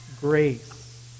Grace